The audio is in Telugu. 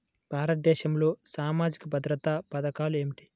భారతదేశంలో సామాజిక భద్రతా పథకాలు ఏమిటీ?